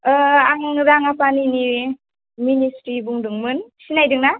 ओ आं राङापानिनि मिनिस्रि बुंदोंमोन सिनायदोंना